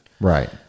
right